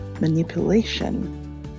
manipulation